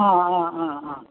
आं आं आं आं